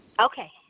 Okay